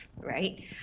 right